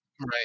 Right